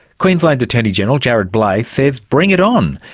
queensland attorney-general jarrod bleije says, bring it on.